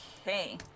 Okay